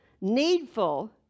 needful